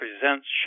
Presents